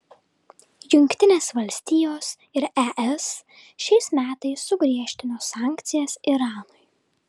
jungtinės valstijos ir es šiais metais sugriežtino sankcijas iranui